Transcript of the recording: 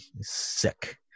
sick